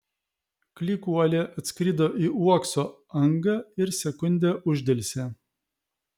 klykuolė atskrido į uokso angą ir sekundę uždelsė